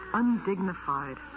undignified